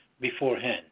beforehand